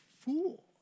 fool